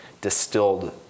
distilled